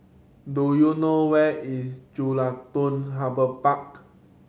do you know where is Jelutung Harbour Park